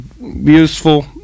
useful